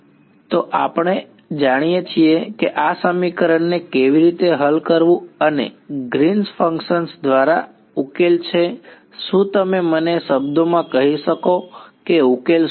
તો આપણે જાણીએ છીએ કે આ સમીકરણને કેવી રીતે હલ કરવું અને ગ્રીન્સ ફંક્શન green's function દ્વારા ઉકેલ છે શું તમે મને શબ્દોમાં કહી શકો કે ઉકેલ શું છે